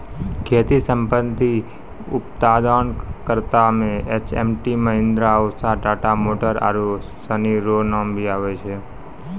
खेती संबंधी उप्तादन करता मे एच.एम.टी, महीन्द्रा, उसा, टाटा मोटर आरु सनी रो नाम आबै छै